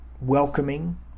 welcoming